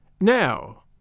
Now